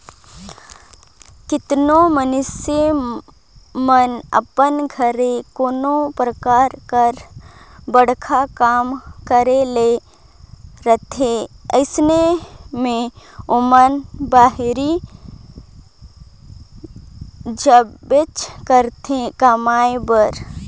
केतनो मइनसे मन अपन घरे कोनो परकार कर बड़खा काम करे ले रहथे अइसे में ओमन बाहिरे जाबेच करथे कमाए बर